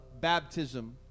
baptism